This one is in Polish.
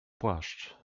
płaszcz